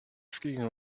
skiing